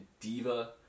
diva